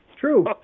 True